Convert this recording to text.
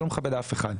זה לא מכבד אף אחד.